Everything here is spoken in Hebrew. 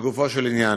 לגופו של עניין,